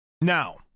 Now